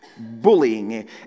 bullying